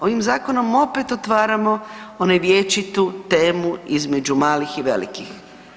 Ovim zakonom opet otvaramo onu vječitu temu između malih i velikih.